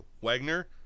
Wagner